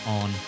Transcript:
on